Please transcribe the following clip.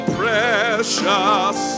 precious